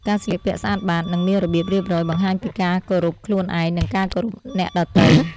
ការស្លៀកពាក់ស្អាតបាត និងមានរបៀបរៀបរយបង្ហាញពីការគោរពខ្លួនឯង និងការគោរពអ្នកដទៃ។